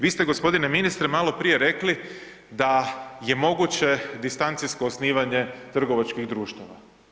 Vi ste gospodine ministre maloprije rekli da je moguće distancijsko osnivanje trgovačkih društava.